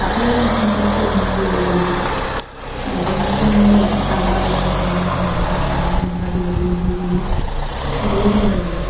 তাতো চি ব'ব লাগিব বোলে সেইখন কাৰোবাৰ জোৰনীয়া গামোচা চেলেং এনেকুৱা কিবা কিবি বৈ মেলি সেইটোও দিব লাগিব